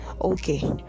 okay